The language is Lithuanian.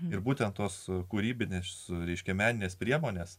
ir būtent tos kūrybinės reiškia menines priemones